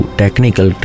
technical